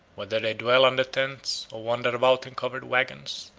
whether they dwell under tents, or wander about in covered wagons,